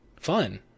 fun